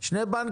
שווה.